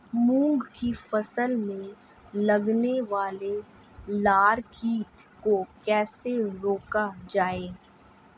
मूंग की फसल में लगने वाले लार कीट को कैसे रोका जाए?